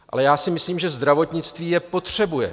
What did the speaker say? Ale já si myslím, že zdravotnictví je potřebuje.